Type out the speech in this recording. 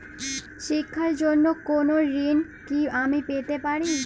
শিক্ষার জন্য কোনো ঋণ কি আমি পেতে পারি?